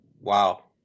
Wow